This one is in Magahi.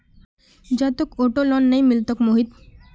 जा, तोक ऑटो लोन नइ मिलतोक मोहित